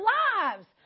lives